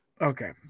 Okay